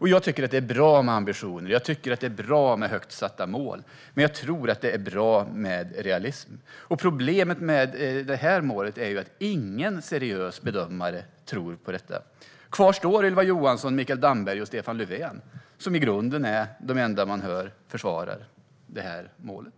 Jag tycker att det är bra med ambitioner, och jag tycker att det är bra med högt satta mål. Men jag tror också att det är bra med realism. Problemet med detta mål är ju att ingen seriös bedömare tror på det. Kvar står Ylva Johansson, Mikael Damberg och Stefan Löfven. De är i grunden de enda man hör försvara detta mål.